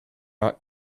not